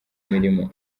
mirimo